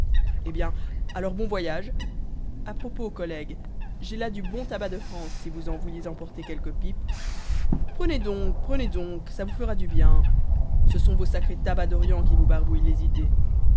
eh bien alors bon voyage a propos collègue j'ai là du bon tabac de france si vous en vouliez emporter quelques pipes prenez donc prenez donc ça vous fera du bien ce sont vos sacrés tabacs d'orient qui vous barbouillent les idées